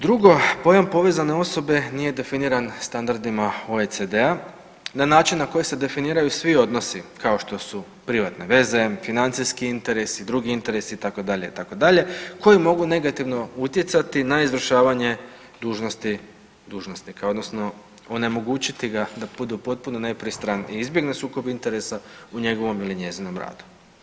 Drugo, pojam povezane osobe nije definiran standardima OECD-a na način na koji se definiraju svi odnosi, ako što su privatne veze, financijski interesi, drugi interesi, itd., itd., koji mogu negativno utjecati na izvršavanje dužnosti dužnosnika, odnosno onemogućiti ga da budu potpuno nepristran i izbjegne sukob interesa u njegovom ili njezinom radu.